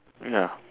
ya